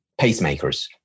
pacemakers